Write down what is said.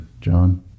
John